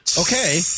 Okay